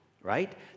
right